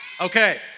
Okay